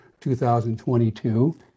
2022